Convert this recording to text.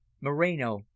Moreno